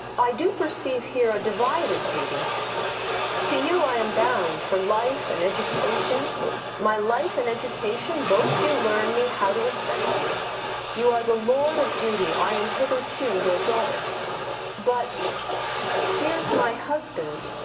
i do perceive here a divided duty to you i am bound for life and education my life and education both do learn me how to respect you you are the lord of duty i am hitherto your daughter but here's my husband,